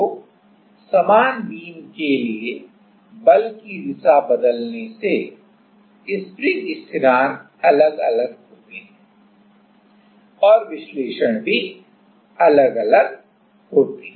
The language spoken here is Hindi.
तो समान बीम के लिए बल की दिशा बदलने से स्प्रिंग स्थिरांकअलग अलग होते हैं और विश्लेषण भी अलग अलग होते हैं